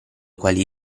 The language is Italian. quali